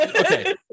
Okay